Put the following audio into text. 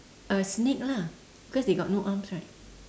uh snake lah because they got no arms right